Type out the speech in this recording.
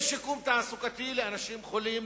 יש שיקום תעסוקתי לאנשים חולים,